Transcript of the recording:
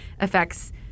affects